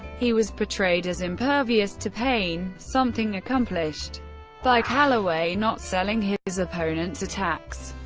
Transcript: he was portrayed as impervious to pain, something accomplished by calaway not selling his opponents' attacks.